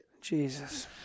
Jesus